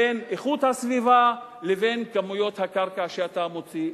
בין איכות הסביבה לבין כמויות הקרקע שאתה מוציא לשוק,